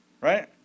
right